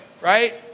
right